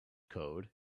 code